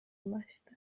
ulaştı